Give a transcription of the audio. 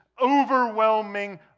overwhelming